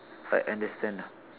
I understand lah